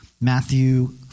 Matthew